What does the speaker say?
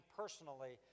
personally